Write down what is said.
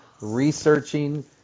researching